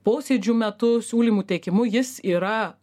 posėdžių metu siūlymų teikimu jis yra